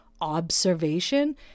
observation